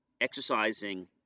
exercising